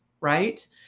right